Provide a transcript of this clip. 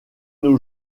nos